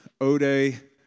ode